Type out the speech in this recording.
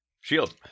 shield